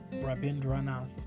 Rabindranath